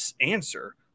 Answer